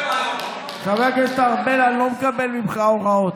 חבר הכנסת ארבל, אני לא מקבל ממך הוראות.